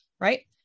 right